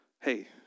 hey